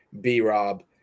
B-Rob